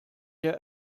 der